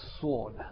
sword